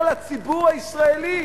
אומר לציבור הישראלי: